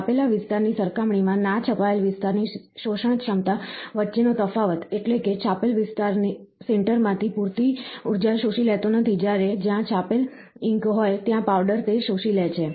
છાપેલા વિસ્તારની સરખામણીમાં ના છપાયેલ વિસ્તારની શોષણક્ષમતા વચ્ચેનો તફાવત એટલે કે છાપેલ વિસ્તાર સિન્ટર માંથી પૂરતી ઊર્જા શોષી લેતો નથી જ્યારે જ્યાં છાપેલ ઇંક હોય ત્યાં પાવડર તે શોષી લે છે